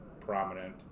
prominent